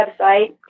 website